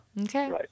Okay